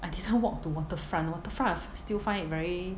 I didn't walk to Waterfront Waterfront still find it very